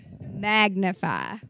magnify